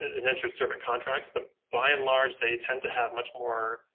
indentured servant contracts, but by and large, they tend to have much more,